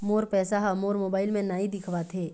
मोर पैसा ह मोर मोबाइल में नाई दिखावथे